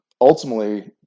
ultimately